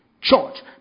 Church